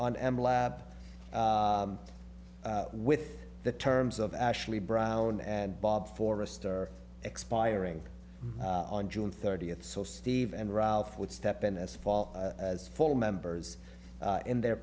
on m lab with the terms of ashley brown and bob forrester expiring on june thirtieth so steve and ralph would step in as far as full members in their